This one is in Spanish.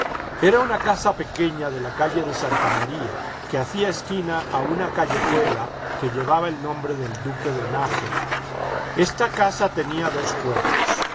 era una casa pequeña de la calle de santa maría que hacía esquina a una callejuela que llevaba el nombre del duque de nájera esta casa tenía dos cuerpos